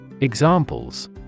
Examples